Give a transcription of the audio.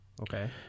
Okay